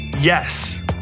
Yes